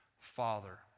father